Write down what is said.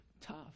tough